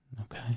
Okay